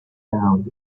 found